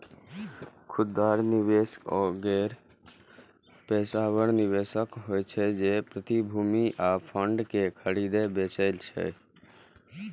खुदरा निवेशक गैर पेशेवर निवेशक होइ छै, जे प्रतिभूति आ फंड कें खरीदै बेचै छै